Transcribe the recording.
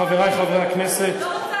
חברי חברי הכנסת,